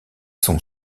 sont